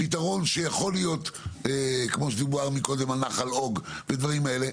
פתרון שיכול להיות כמו שדובר מקודם על נחל אוג ודברים כאלה,